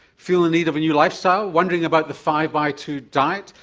feel in need of a new lifestyle? wondering about the five-by-two diet?